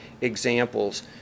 examples